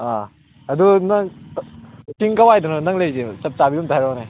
ꯑꯥ ꯑꯗꯨ ꯅꯪ ꯀꯛꯆꯤꯡ ꯀꯥꯏ ꯋꯥꯏꯗꯅꯣ ꯅꯪ ꯂꯩꯔꯤꯁꯦ ꯆꯞ ꯆꯥꯕꯤꯗꯣ ꯑꯝꯇ ꯍꯥꯏꯔꯛꯎꯅꯦ